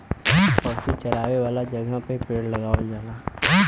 पशु चरावे वाला जगह पे पेड़ लगावल जाला